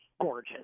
gorgeous